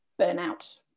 burnout